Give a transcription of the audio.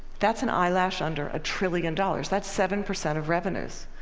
that's an eyelash under a trillion dollars. that's seven percent of revenues.